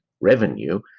revenue